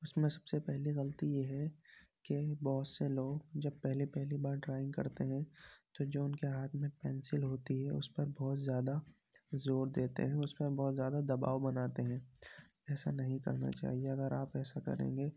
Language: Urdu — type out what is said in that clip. اُس میں سب سے پہلی غلطی یہ ہے کہ بہت سے لوگ جب پہلے پہلی بار ڈرائنگ کرتے ہیں تو جو اُن کے ہاتھ میں پینسل ہوتی ہے اُس پر بہت زیادہ زور دیتے ہیں اُس پہ بہت زیادہ دباؤ بناتے ہیں ایسا نہیں کرنا چاہیے اگر آپ ایسا کریں گے